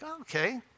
okay